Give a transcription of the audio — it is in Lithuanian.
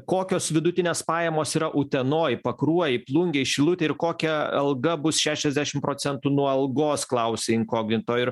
kokios vidutinės pajamos yra utenoj pakruojy plungėj šilutėj ir kokia alga bus šešiasdešim procentų nuo algos klausia inkognito ir